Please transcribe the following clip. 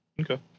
Okay